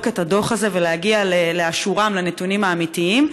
את הדוח הזה ולהגיע לנתונים האמיתיים,